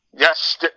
Yes